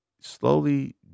slowly